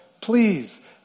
please